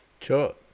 Sure